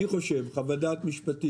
אני חושב, חוות דעת משפטית,